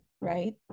right